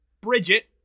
Bridget